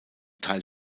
teil